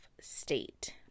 state